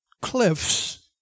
cliffs